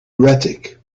erratic